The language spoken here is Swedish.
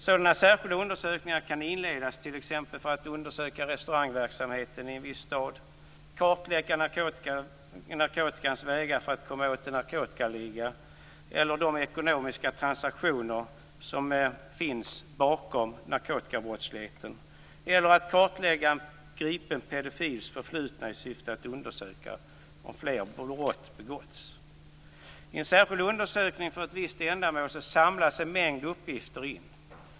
Sådana särskilda undersökningar kan inledas t.ex. för att undersöka restaurangverksamheten i en viss stad eller för att kartlägga narkotikans vägar för att komma åt en narkotikaliga eller de ekonomiska transaktioner som finns bakom narkotikabrottsligheten. De kan användas för att kartlägga en gripen pedofils förflutna i syfte att undersöka om fler brott har begåtts. I en särskild undersökning för ett visst ändamål samlas en mängd uppgifter in.